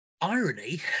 irony